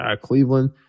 Cleveland